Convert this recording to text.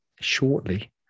shortly